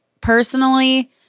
personally